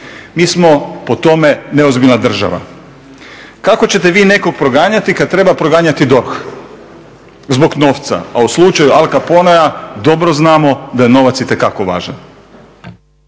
Mi smo po tome neozbiljna država. Kako ćete vi nekoga proganjati kada treba proganjati DORH zbog novca, a u slučaju Al Caponea dobro znamo da je novac itekako važan.